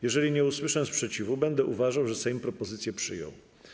Jeżeli nie usłyszę sprzeciwu, będę uważał, że Sejm propozycję przyjął.